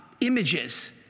images